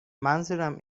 منظورم